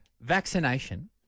Vaccination